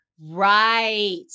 Right